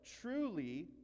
truly